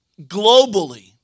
globally